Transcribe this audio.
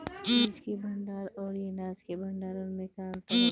बीज के भंडार औरी अनाज के भंडारन में का अंतर होला?